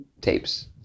tapes